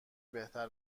بهتر